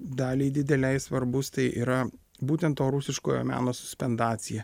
daliai didelei svarbus tai yra būtent to rusiškojo meno suspendacija